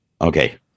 Okay